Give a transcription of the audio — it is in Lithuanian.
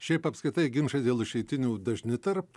šiaip apskritai ginčai dėl išeitinių dažni tarp